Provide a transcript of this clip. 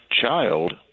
child